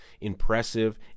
Impressive